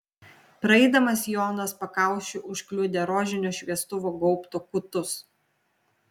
praeidamas jonas pakaušiu užkliudė rožinio šviestuvo gaubto kutus